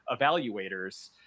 evaluators